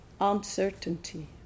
Uncertainty